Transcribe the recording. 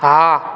હા